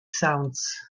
sounds